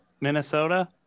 Minnesota